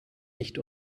nicht